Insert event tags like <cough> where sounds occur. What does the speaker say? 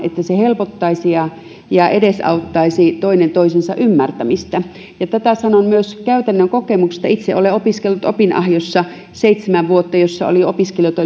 siksi että se helpottaisi ja ja edesauttaisi toinen toisensa ymmärtämistä näin sanon myös käytännön kokemuksesta itse olen opiskellut seitsemän vuotta opin ahjossa jossa oli opiskelijoita <unintelligible>